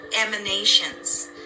emanations